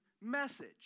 message